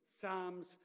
psalms